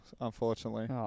unfortunately